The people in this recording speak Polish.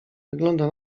wygląda